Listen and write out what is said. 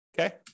okay